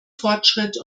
fortschritt